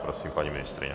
Prosím, paní ministryně.